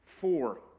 Four